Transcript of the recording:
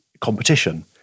competition